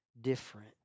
different